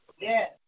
Yes